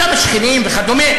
לא, גם השכנים וכדומה.